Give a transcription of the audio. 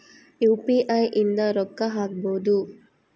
UPI ಇಂದ ರೊಕ್ಕ ಹಕ್ಬೋದು